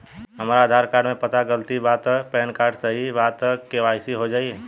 हमरा आधार कार्ड मे पता गलती बा त पैन कार्ड सही बा त के.वाइ.सी हो जायी?